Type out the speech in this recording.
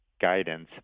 guidance